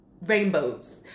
rainbows